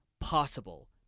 possible